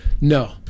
no